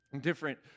different